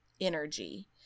energy